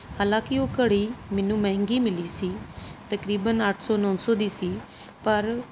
ਹਾਲਾਂਕਿ ਉਹ ਘੜੀ ਮੈਨੂੰ ਮਹਿੰਗੀ ਮਿਲੀ ਸੀ ਤਕਰੀਬਨ ਅੱਠ ਸੌੌੌੌ ਨੌਂ ਸੌ ਦੀ ਸੀ ਪਰ